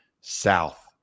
south